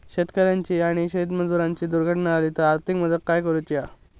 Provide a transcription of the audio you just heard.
शेतकऱ्याची आणि शेतमजुराची दुर्घटना झाली तर आर्थिक मदत काय करूची हा?